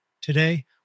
Today